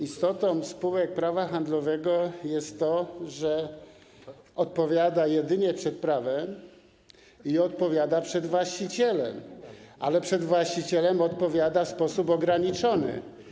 Istotą spółki prawa handlowego jest to, że odpowiada jedynie przed prawem i odpowiada przed właścicielem, ale przed właścicielem odpowiada w sposób ograniczony.